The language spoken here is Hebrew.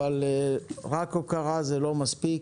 אבל רק הוקרה זה לא מספיק.